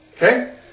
Okay